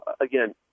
Again